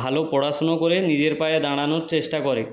ভালো পড়াশোনা করে নিজের পায়ে দাঁড়ানোর চেষ্টা করে